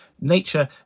Nature